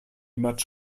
much